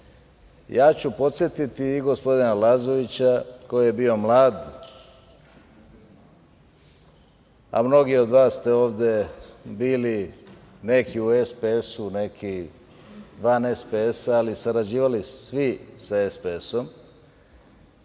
ja ću podsetiti i gospodina Lazovića, koji je bio mlad, a mnogi od vas ste ovde bili neki u SPS, neki van SPS, ali sarađivali svi sa SPS,